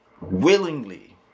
willingly